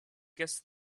guess